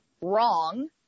wrong